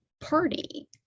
party